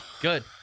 Good